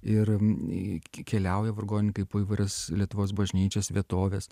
ir ny ki keliauja vargonininkai po įvairias lietuvos bažnyčias vietoves